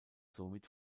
somit